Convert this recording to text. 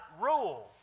rule